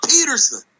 Peterson